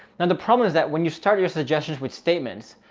and the problem is that when you start your suggestions with statements,